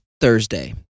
Thursday